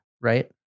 right